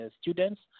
students